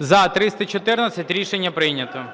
За-314 Рішення прийнято.